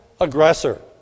aggressor